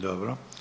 Dobro.